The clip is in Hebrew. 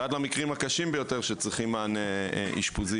ועד למקרים הקשים ביותר שצריכים מענה אשפוזי.